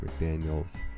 McDaniels